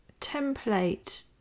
template